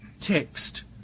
text